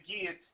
again